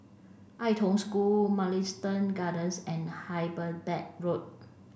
Ai Tong School Mugliston Gardens and Hyderabad Road